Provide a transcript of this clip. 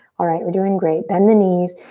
alright, you're doing great. bend the knees.